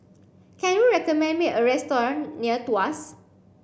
can you recommend me a restaurant near Tuas